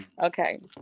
Okay